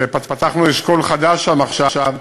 שפתחנו אשכול חדש שם עכשיו,